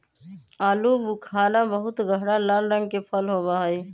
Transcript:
आलू बुखारा बहुत गहरा लाल रंग के फल होबा हई